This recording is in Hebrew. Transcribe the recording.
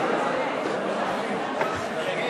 אדוני